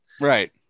right